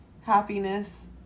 happiness